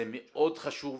זה מאוד חשוב,